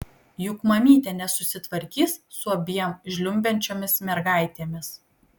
juk mamytė nesusitvarkys su abiem žliumbiančiomis mergaitėms